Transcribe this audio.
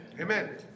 Amen